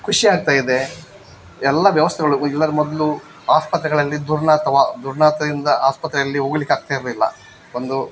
ಖುಷಿ ಆಗ್ತಾಯಿದೆ ಎಲ್ಲ ವ್ಯವಸ್ತೆಗಳಿಗು ಇಲ್ಲಾದ್ರ್ ಮೊದಲಿ ಆಸ್ಪತ್ರೆಗಳಲ್ಲಿ ದುರ್ನಾತ ವಾ ದುರ್ನಾತದಿಂದ ಆಸ್ಪತ್ರೆಯಲ್ಲಿ ಹೋಗ್ಲಿಕ್ ಆಗ್ತಾಯಿರಲಿಲ್ಲ ಒಂದು